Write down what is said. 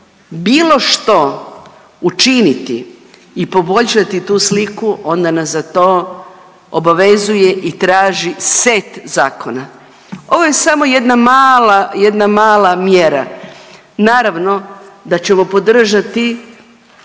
bilo što učiniti i poboljšati tu sliku onda nas za to obavezuje i traži set zakona, ovo je samo jedna mala, jedna mala mjera. Naravno da ćemo podržati